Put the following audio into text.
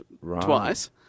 twice